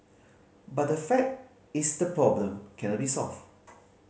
but the fact is the problem cannot be solved